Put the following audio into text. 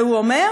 והוא אומר,